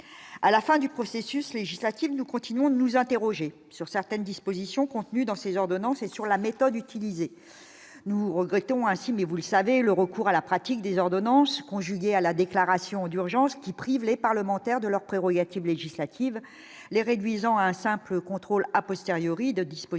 à la fin du processus législatif, nous continuons de nous interroger sur certaines dispositions contenues dans ses ordonnances et sur la méthode utilisée, nous regrettons ainsi mais vous le savez, le recours à la pratique des ordonnances, conjugué à la déclaration d'urgence qui prive les parlementaires de leurs prérogatives législatives, les réduisant à un simple contrôle à posteriori de dispositions déjà intégrées